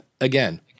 again